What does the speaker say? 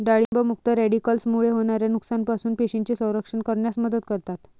डाळिंब मुक्त रॅडिकल्समुळे होणाऱ्या नुकसानापासून पेशींचे संरक्षण करण्यास मदत करतात